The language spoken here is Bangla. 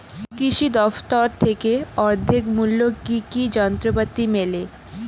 কৃষি দফতর থেকে অর্ধেক মূল্য কি কি যন্ত্রপাতি মেলে?